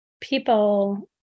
people